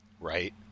Right